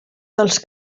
dels